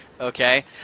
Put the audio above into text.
Okay